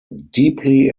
deeply